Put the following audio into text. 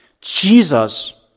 Jesus